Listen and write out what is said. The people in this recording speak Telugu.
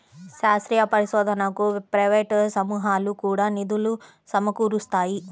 శాస్త్రీయ పరిశోధనకు ప్రైవేట్ సమూహాలు కూడా నిధులు సమకూరుస్తాయి